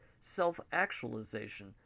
self-actualization